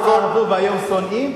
אז אהבו והיום שונאים?